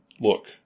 look